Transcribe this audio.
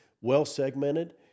well-segmented